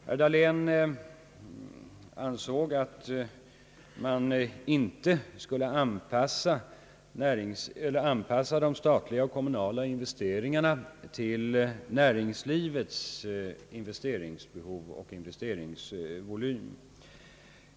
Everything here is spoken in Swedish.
Herr Dahlén ansåg att de statliga och kommunala investeringarna inte borde anpassas till näringslivets investeringsbehov och investeringsvolym.